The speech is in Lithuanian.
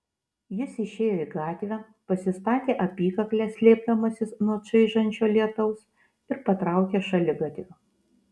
jis išėjo į gatvę pasistatė apykaklę slėpdamasis nuo čaižančio lietaus ir patraukė šaligatviu